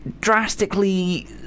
drastically